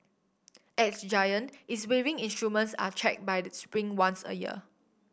at Giant its weighing instruments are checked by spring once a year